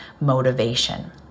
motivation